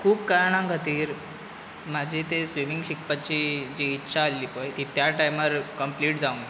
खूब कारणांक खातीर म्हजी तें स्विमींग शिकपाची जी इच्छा आहली पय ती त्या टायमार कंप्लीट जावना